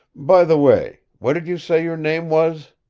by the way, what did you say your name was?